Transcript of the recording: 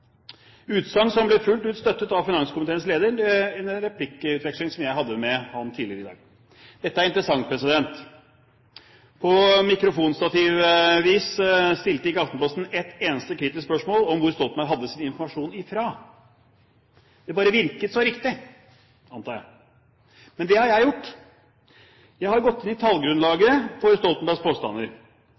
utsagn som ble fullt ut støttet av finanskomiteens leder i en replikkveksling som jeg hadde med ham tidligere i dag. Dette er interessant. På mikrofonstativvis stilte ikke Aftenposten et eneste kritisk spørsmål om hvor Stoltenberg hadde sin informasjon fra. Det bare virket så riktig, antar jeg. Men det har jeg gjort. Jeg har gått inn i tallgrunnlaget for Stoltenbergs påstander,